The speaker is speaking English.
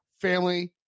family